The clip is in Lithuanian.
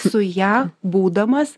su ja būdamas